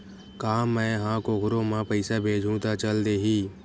का मै ह कोखरो म पईसा भेजहु त चल देही?